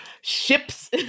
ships